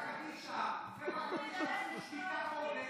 אלה, חברה קדישא, חברה קדישא עשו שביתה חודש,